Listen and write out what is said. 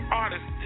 artist